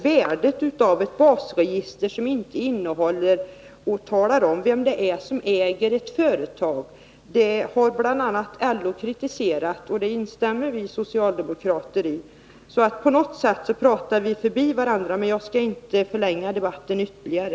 Värdet av ett basregister som inte innehåller uppgifter om vem som är ägare av ett företag har kritiserats av bl.a. LO. Det instämmer vi socialdemokrater i. På något sätt talar vi förbi varandra. Jag skall inte förlänga debatten ytterligare.